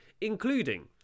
including